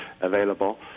available